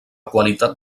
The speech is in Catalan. qualitat